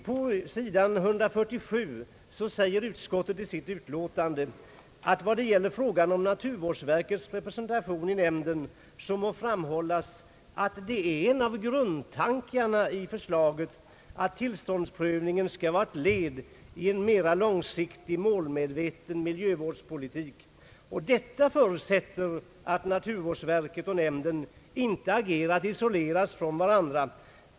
På s. 147 i utlåtandet säger utskottet: » Vad gäller frågan om naturvårdsverkets representation i nämnden må framhållas att det är en av grundtankarna i förslaget att tillståndsprövningen skall vara ett led i en långsiktig, målmedveten miljövårdspolitik. Detta förutsätter att naturvårdsverket och nämnden inte agerar isolerat från varandra.